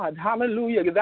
hallelujah